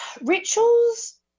Rituals